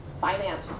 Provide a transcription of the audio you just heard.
finance